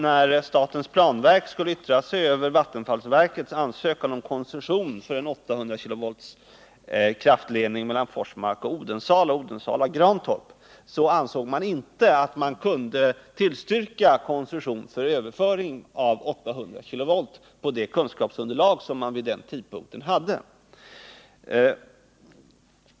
När statens planverk skulle yttra sig över vattenfallsverkets ansökan om koncession för en 800-kV-ledning mellan Forsmark och Odensala resp. Odensala och Grantorp, ansåg man inte att man kunde tillstyrka koncessionen med det kunskapsunderlag som man vid den tidpunkten hade.